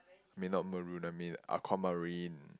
may not maroon I mean I called marine